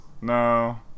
no